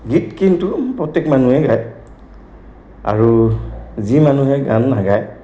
গীত কিন্তু প্ৰত্যেক মানুহে গায় আৰু যি মানুহে গান নাাগায়